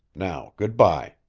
now good-by.